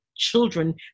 children